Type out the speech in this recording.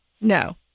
No